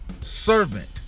servant